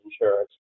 insurance